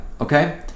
okay